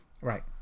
Right